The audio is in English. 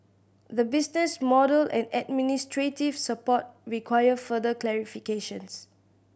the business model and administrative support require further clarifications